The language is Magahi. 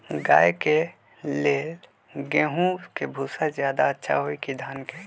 गाय के ले गेंहू के भूसा ज्यादा अच्छा होई की धान के?